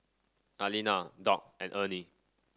Aliana Dock and Ernie